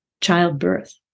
childbirth